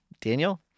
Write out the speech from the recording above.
Daniel